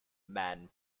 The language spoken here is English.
man